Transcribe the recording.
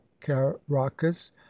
caracas